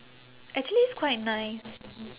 actually it's quite nice